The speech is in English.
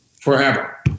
forever